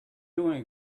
doing